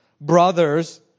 brothers